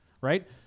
right